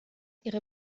ihre